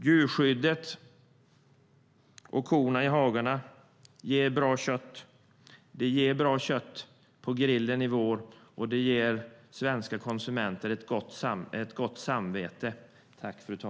Djurskyddet och korna i hagarna ger bra kött på grillen i vår, och det ger svenska konsumenter ett gott samvete.